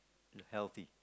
healthy